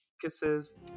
Kisses